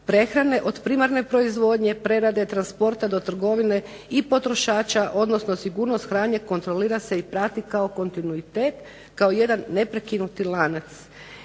prehrane od primarne proizvodnje, prerade, transporta do trgovine i potrošača, odnosno sigurnost hrane kontrolira se i prati kao kontinuitet, kao jedan neprekinuti lanac.